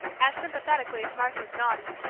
asked sympathetically if mark was naughty,